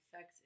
Sex